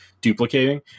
duplicating